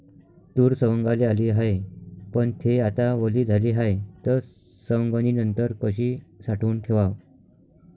तूर सवंगाले आली हाये, पन थे आता वली झाली हाये, त सवंगनीनंतर कशी साठवून ठेवाव?